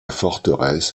forteresse